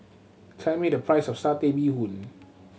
tell me the price of Satay Bee Hoon